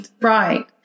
right